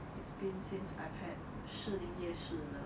it's been since I had 士林夜市 the